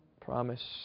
promise